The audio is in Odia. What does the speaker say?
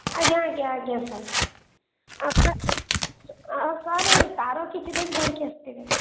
ଆଜ୍ଞା ଆଜ୍ଞା ଆଜ୍ଞା ସାର୍ ଆଉ ସାର୍ ଆଉ ସାର୍ ଏଇ ତା'ର କିଛିଟା ବି ଧରିକି ଆସିଥିବେ